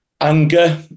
anger